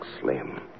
slim